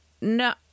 no